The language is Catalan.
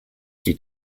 qui